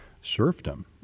serfdom